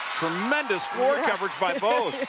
tremendous work coverage by both